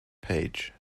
page